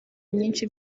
nyinshi